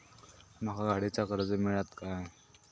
माका गाडीचा कर्ज मिळात काय?